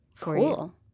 Cool